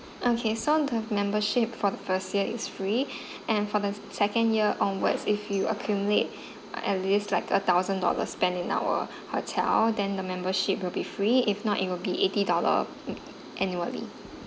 okay so the membership for the first year is free and for the second year onwards if you accumulate uh at least like a thousand dollars spend in our hotel then the membership will be free if not it will be eighty dollar mm annually